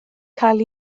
cael